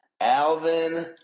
Alvin